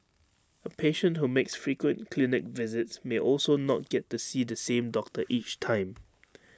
A patient who makes frequent clinic visits may also not get to see the same doctor each time